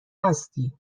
هستی